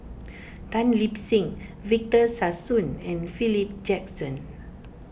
Tan Lip Seng Victor Sassoon and Philip Jackson